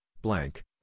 Blank